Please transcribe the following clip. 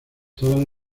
todas